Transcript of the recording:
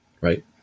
right